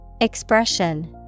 Expression